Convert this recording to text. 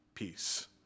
Peace